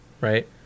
Right